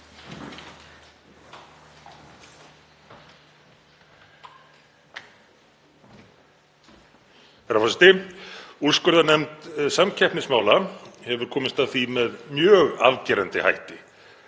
Herra forseti. Úrskurðarnefnd samkeppnismála hefur komist að því með mjög afgerandi hætti